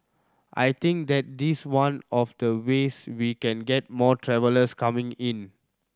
I think that is one of the ways we can get more travellers coming in